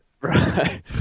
Right